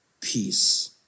peace